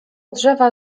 drzewa